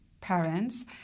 parents